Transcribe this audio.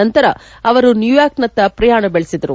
ಬಳಿಕ ಅವರು ನ್ಯೂಯಾರ್ಕ್ನತ್ತ ಪ್ರಯಾಣ ಬೆಳೆಸಿದರು